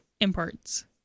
imports